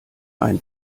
ein